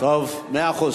טוב, מאה אחוז.